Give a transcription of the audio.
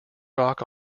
rock